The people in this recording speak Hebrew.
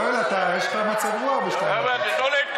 יואל, יש לך מצב רוח ב-02:30.